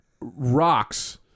Rocks